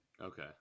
Okay